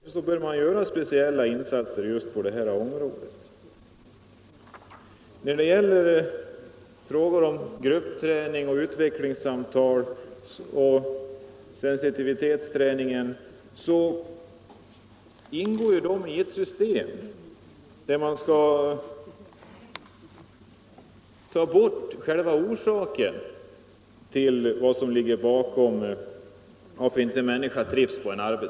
Fru talman! Jag vill göra några korta kommentarer med anledning av reservationerna 2 och 6. Det gäller först skyddsombudens utbildning. Vi har yrkat på speciella kurser i mätteknik och giftlära. Jag tycker att det inte går att se så generellt på dessa problem som herr Nordberg gör. Vad hände 1974? Jo, då var de kemiska hälsoriskerna i centrum. Vem skall övervaka dem i fortsättningen? Man måste sätta in kraftig utbildning just på dessa två områden för att kunna övervaka den delen och de gränsvärden som finns. Speciella insatser bör göras på dessa områden.